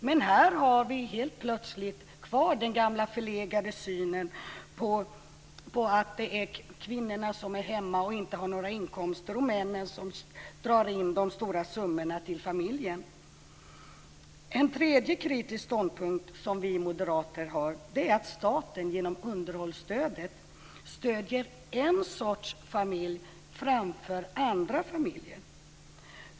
Men här har vi helt plötsligt kvar den gamla förlegade synen att kvinnorna är hemma och har inga inkomster och att männen drar in de stora summorna till familjen. För det tredje stöder staten genom underhållsstödet en sorts familj framför andra familjer.